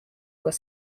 were